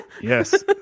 Yes